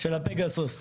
-- של הפגסוס.